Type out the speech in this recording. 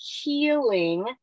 healing